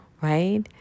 right